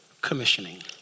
commissioning